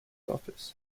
office